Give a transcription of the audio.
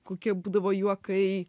kokie būdavo juokai